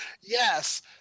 Yes